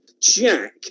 Jack